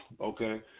Okay